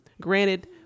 Granted